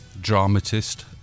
dramatist